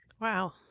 Wow